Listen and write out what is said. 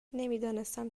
نمیدانستم